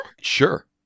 Sure